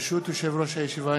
ברשות יושב-ראש הישיבה,